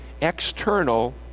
external